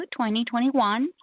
2021